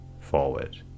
forward